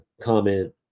comment